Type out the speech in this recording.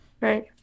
right